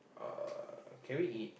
uh can we eat